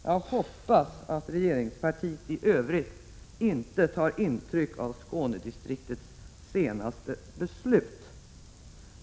Jag hoppas att regeringspartiet i övrigt inte tar intryck av Skånedistriktets senaste beslut.